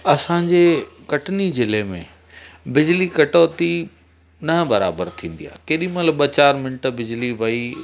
असांजे कटनी जिले में बिजली कटोती न बराबरि थींदी आहे केॾीमहिल ॿ चारि मिंट बिजली वई